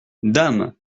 dame